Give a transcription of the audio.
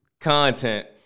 content